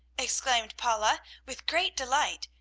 exclaimed paula with great delight,